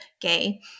gay